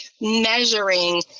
measuring